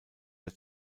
der